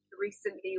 recently